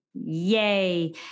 Yay